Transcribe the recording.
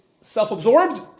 self-absorbed